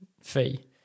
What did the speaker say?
fee